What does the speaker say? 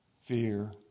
Fear